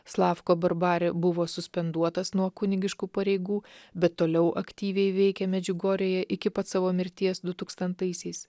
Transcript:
slavko barbare buvo suspenduotas nuo kunigiškų pareigų bet toliau aktyviai veikė medžiugorjėje iki pat savo mirties du tūkstantaisiais